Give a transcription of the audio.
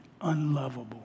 unlovable